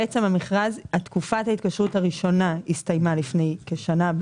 תקופת ההתקשרות הראשונה הסתיימה לפני כשנה,